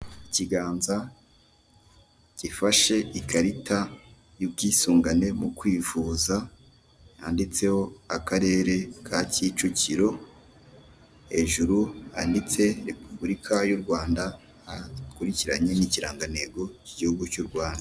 Ikiganza gifashe ikarita y'ubwisungane mu kwivuza, yanditseho akarere ka Kicukiro, hejuru handitse Repubulika y'u Rwanda, hakurikiranye n'ikirangantego cy'igihugu cy'u Rwanda.